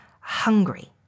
hungry